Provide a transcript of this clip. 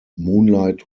moonlight